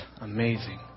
amazing